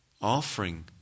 offering